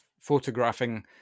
photographing